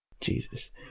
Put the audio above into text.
Jesus